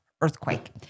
earthquake